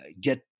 get